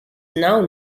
now